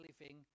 living